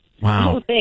Wow